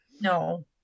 No